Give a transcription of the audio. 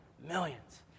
Millions